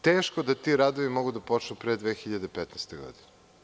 Teško da ti radovi mogu da počnu pre 2015. godine.